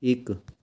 ਇੱਕ